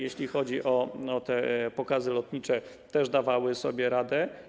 Jeśli chodzi o te pokazy lotnicze, też dawały sobie radę.